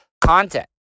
content